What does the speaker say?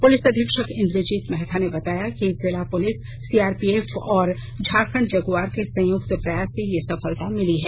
police अधीक्षक इंद्रजीत महाथा ने कहा कि जिला पुलिस सीआरपीएफ और झारखंड जगुआर के संयुक्त प्रयास से ये सफलता मिली है